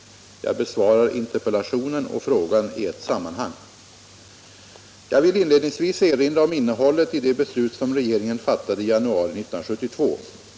Jag besvarar interpellationen och frågan i ett sammanhang. Jag vill inledningsvis erinra om innehållet i det beslut som regeringen fattade i januari 1972.